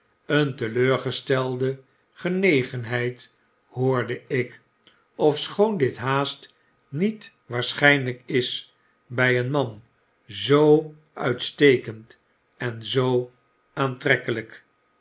een teleurgestelcle genegenheid hoorde ik ofschoon dit haast niet waarschynlyk pickens de kloh van meester humphrey geen uitweg meek is by een man zoo uitstekend en zoo